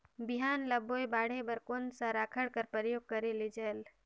बिहान ल बोये बाढे बर कोन सा राखड कर प्रयोग करले जायेल?